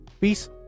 Peace